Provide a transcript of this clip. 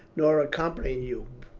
nor accompany you,